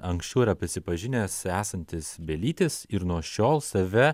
anksčiau yra prisipažinęs esantis belytis ir nuo šiol save